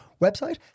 website